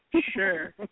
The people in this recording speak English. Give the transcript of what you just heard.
sure